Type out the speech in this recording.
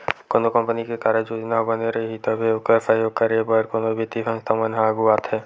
कोनो कंपनी के कारज योजना ह बने रइही तभी ओखर सहयोग करे बर कोनो बित्तीय संस्था मन ह आघू आथे